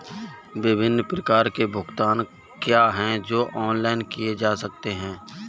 विभिन्न प्रकार के भुगतान क्या हैं जो ऑनलाइन किए जा सकते हैं?